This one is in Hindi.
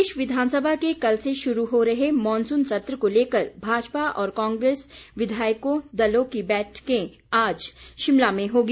प्रदेश विधानसभा के कल से शुरू हो रहे मॉनसून सत्र को लेकर भाजपा और कांग्रेस विधायक दलों की बैठकें आज शिमला में होगी